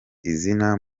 izina